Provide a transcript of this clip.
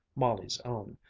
molly's own,